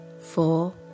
four